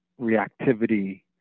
reactivity